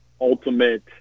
ultimate –